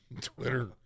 Twitter